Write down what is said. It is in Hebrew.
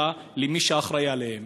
אלא למי שאחראי להם.